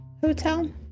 hotel